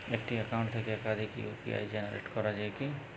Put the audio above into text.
একটি অ্যাকাউন্ট থেকে একাধিক ইউ.পি.আই জেনারেট করা যায় কি?